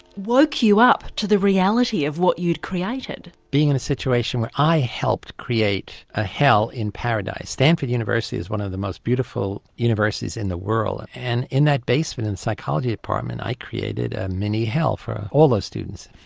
woke you up to the reality of what you'd created. being in a situation where i helped create a hell in paradise. stanford university is one of the most beautiful universities in the world and in that basement in the psychology department i created a mini-hell for all those students.